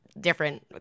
different